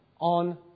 on